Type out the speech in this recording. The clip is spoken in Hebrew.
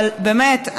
אבל באמת,